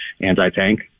anti-tank